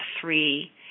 three